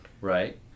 right